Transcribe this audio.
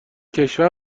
کشور